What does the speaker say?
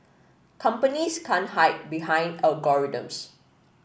companies can't hide behind algorithms